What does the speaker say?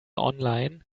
online